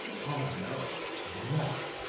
oh no, never!